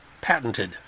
patented